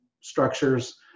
structures